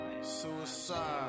Suicide